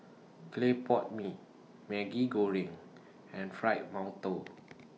Clay Pot Mee Maggi Goreng and Fried mantou